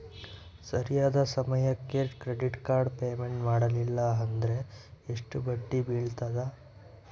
ಸರಿಯಾದ ಸಮಯಕ್ಕೆ credit card payment ಮಾಡಲಿಲ್ಲ ಅಂದ್ರೆ ಎಷ್ಟು ಬಡ್ಡಿ ಬೇಳ್ತದ?